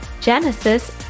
Genesis